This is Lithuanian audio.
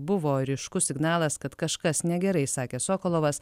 buvo ryškus signalas kad kažkas negerai sakė sokolovas